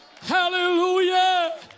hallelujah